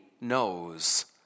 knows